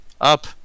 up